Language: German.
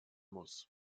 muss